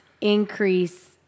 increase